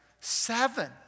Seven